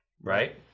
Right